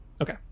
Okay